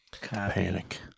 panic